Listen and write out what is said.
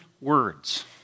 words